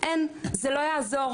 אין זה לא יעזור,